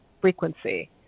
frequency